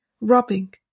rubbing